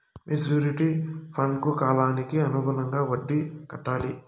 maturity ఫండ్కు కాలానికి అనుగుణంగా వడ్డీ కట్టాలి